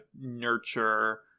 nurture